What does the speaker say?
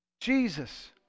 Jesus